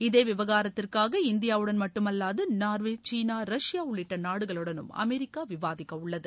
இதே விவகாரத்திற்காக இந்தியாவுடன் மட்டுமல்லாது நார்வே சீனா ரஷ்யா உள்ளிட்ட நாடுகளுடனும் அமெரிக்கா விவாதிக்க உள்ளது